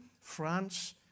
France